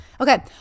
Okay